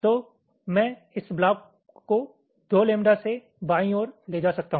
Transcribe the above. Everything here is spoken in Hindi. तो मैं इस ब्लाक को 2 लैम्ब्डा से बाईं ओर ले जा सकता हूं